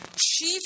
chief